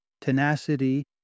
tenacity